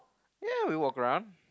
ya we walk around